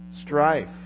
strife